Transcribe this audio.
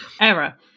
Error